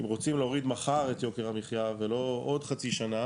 אם רוצים להוריד מחר את יוקר המחיה ולא עוד חצי שנה